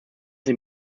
sie